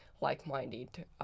like-minded